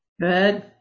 Good